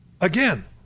Again